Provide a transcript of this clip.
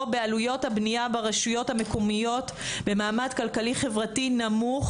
בעלויות הבניה ברשויות מקומיות במעמד כלכלי חברתי נמוך.